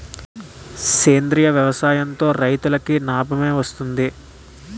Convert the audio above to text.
సేంద్రీయ వ్యవసాయం తో రైతులకి నాబమే వస్తది